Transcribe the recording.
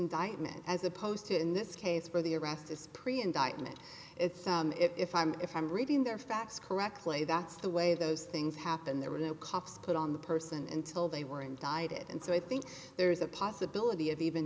indictment as opposed to in this case where the arrest is pre indictment it's if i'm if i'm reading their facts correctly that's the way those things happened there were no cops put on the person and till they were indicted and so i think there's a possibility of even